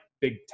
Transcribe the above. big